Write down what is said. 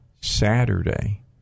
Saturday